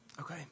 Okay